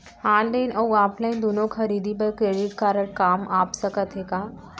Online अऊ offline दूनो खरीदी बर क्रेडिट कारड काम आप सकत हे का?